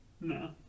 No